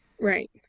right